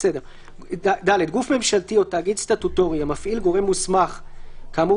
(ד) גוף ממשלתי או תאגיד סטטוטורי המפעיל גורם מוסמך כאמור